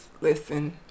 listen